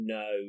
no